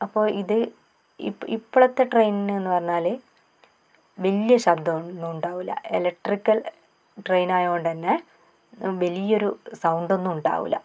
അപ്പോൾ ഇത് ഇപ്പോളത്തെ ട്രെയിൻ എന്ന് പറഞ്ഞാൽ വലിയ ശബ്ദം ഒന്നും ഉണ്ടാവില്ല എലക്ട്രിക്കൽ ട്രെയിൻ ആയതു കൊണ്ട് തന്നെ വലിയൊരു സൗണ്ട് ഒന്നും ഉണ്ടാവില്ല